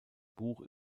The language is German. buch